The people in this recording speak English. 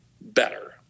better